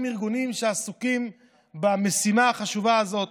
ארגונים שעסוקים במשימה החשובה הזאת,